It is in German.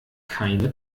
keine